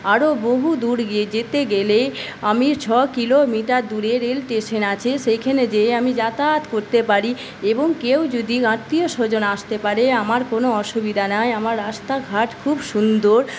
আরও বহুদূর গিয়ে যেতে গেলে আমি ছ কিলোমিটার দূরে রেল স্টেশন আছে সেখানে যেয়ে আমি যাতায়াত করতে পারি এবং কেউ যদি আত্মীয়স্বজন আসতে পারে আমার কোনো অসুবিধা নয় আমার রাস্তাঘাট খুব সুন্দর